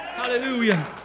hallelujah